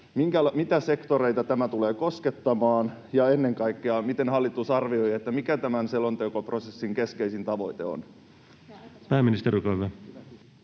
Mitä sektoreita tämä tulee koskettamaan? Ja ennen kaikkea: miten hallitus arvioi, mikä tämän selontekoprosessin keskeisin tavoite on? [Speech